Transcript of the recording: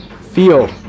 feel